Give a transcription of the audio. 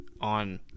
on